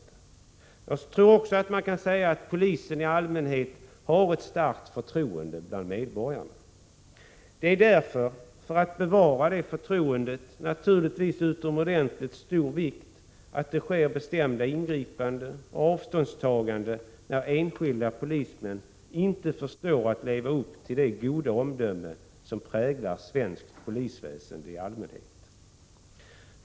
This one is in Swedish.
Jag tror också att man kan säga att polisen i allmänhet har ett starkt förtroende bland medborgarna. Det är därför, för att bevara det förtroendet, naturligtvis av utomordenligt stor vikt att det sker bestämda ingripanden och avståndstaganden när enskilda polismän inte förstår att leva upp till det goda omdöme som präglar svenskt polisväsende i allmänhet.